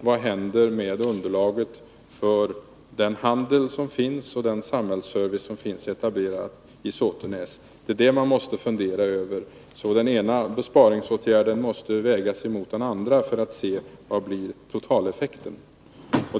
Vad händer med underlaget för den handel som förekommer och för den samhällsservice som är etablerad i Såtenäs? Dessa saker måste man fundera över, och den ena besparingsåtgärden måste därvid vägas emot den andra, så att man ser vad totaleffekten blir.